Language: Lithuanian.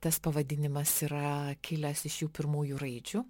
tas pavadinimas yra kilęs iš jų pirmųjų raidžių